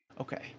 Okay